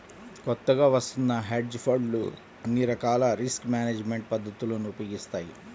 కొత్తగా వత్తున్న హెడ్జ్ ఫండ్లు అన్ని రకాల రిస్క్ మేనేజ్మెంట్ పద్ధతులను ఉపయోగిస్తాయి